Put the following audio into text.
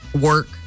work